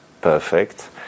perfect